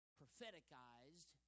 propheticized